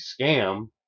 scam